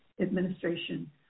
administration